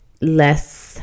less